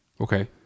Okay